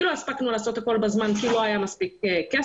כי לא הספקנו לעשות הכול בזמן כי לא היה מספיק כסף,